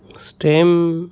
stem